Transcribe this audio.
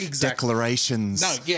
declarations